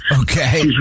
okay